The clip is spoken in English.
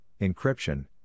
encryption